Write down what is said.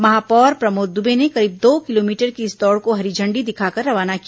महापौर प्रमोद दुबे ने करीब दो किलोमीटर की इस दौड़ को हरी झण्डी दिखाकर रवाना किया